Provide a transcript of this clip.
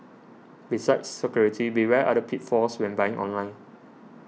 besides security beware other pitfalls when buying online